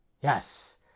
Yes